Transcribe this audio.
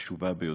חשובה ביותר.